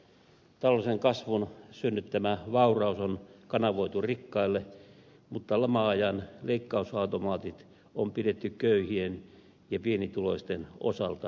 taloudellisen kasvun synnyttämä vauraus on kanavoitu rikkaille mutta lama ajan leikkausautomaatit on pidetty köyhien ja pienituloisten osalta voimassa